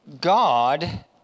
God